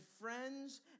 friends